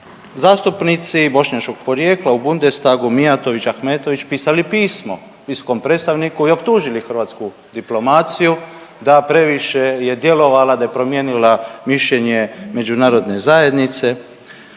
Zastupnici bošnjačkog porijekla u Bundestagu Mijatović, Ahmetović pisali pismo visokom predstavniku i optužili hrvatsku diplomaciju da previše je djelovala, da je promijenila mišljenje Međunarodne zajednice.